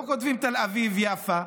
לא כותבים "תל אביב יפא"